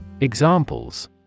Examples